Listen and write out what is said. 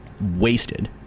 wasted